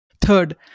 Third